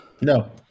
No